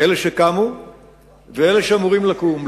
אלה שקמו ואלה שאמורים לקום,